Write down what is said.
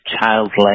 childlike